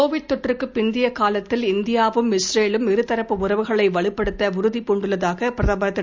Covid தொற்றுக்குப் பிந்தைய காலத்தில் இந்தியாவும் இஸ்ரேலும் இருதரப்பு உறவுகளை வலுப்படுத்த உறுதி பூண்டுள்ளதாக பிரதமர் திரு